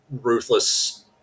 ruthless